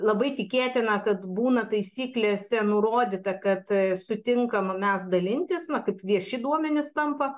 labai tikėtina kad būna taisyklėse nurodyta kad sutinkam mes dalintis na kaip vieši duomenys tampa